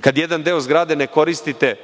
kada jedan deo zgrade ne koristite